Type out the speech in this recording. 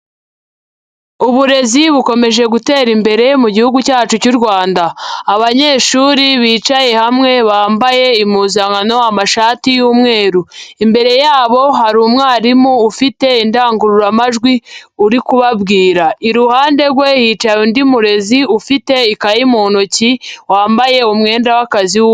Uburezi bukomeje gutera imbere mu gihugu cyacu cy'u Rwanda. Abanyeshuri bicaye hamwe, bambaye impuzankano amashati y'umweru, imbere yabo hari umwarimu ufite indangururamajwi uri kubabwira. Iruhande rwe hicaye undi murezi ufite ikayi mu ntoki, wambaye umwenda w'akazi wu...